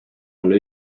olla